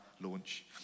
launch